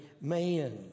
man